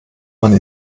man